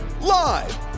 Live